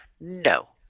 No